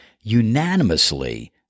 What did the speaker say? unanimously